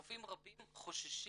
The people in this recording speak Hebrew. רופאים רבים חוששים